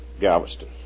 Galveston